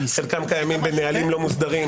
חלקם קיימים בנהלים לא מוסדרים,